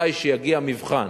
כשיגיע מבחן